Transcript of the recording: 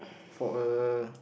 for a